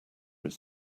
its